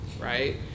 Right